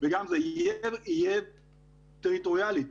יהיה טריטוריאלי,